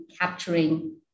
capturing